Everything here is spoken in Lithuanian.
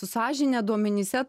su sąžine duomenyse